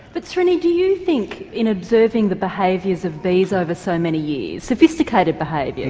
but, srini, do you think in observing the behaviours of bees over so many years, sophisticated behaviours,